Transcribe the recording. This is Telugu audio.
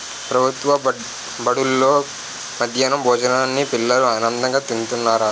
ప్రభుత్వ బడుల్లో మధ్యాహ్నం భోజనాన్ని పిల్లలు ఆనందంగా తింతన్నారు